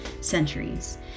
centuries